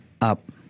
up